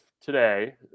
today